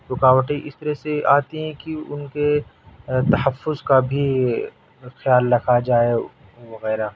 رکاوٹیں اس طرح سے آتی ہیں کہ ان کے تحفظ کا بھی خیال رکھا جائے وغیرہ